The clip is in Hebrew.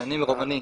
ואני רומני.